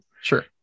Sure